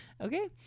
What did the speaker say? okay